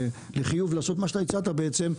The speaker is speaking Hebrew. לחיוב לעשות מה שאתה הצעת בעצם,